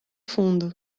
fundo